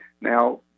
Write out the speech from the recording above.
Now